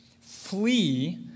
Flee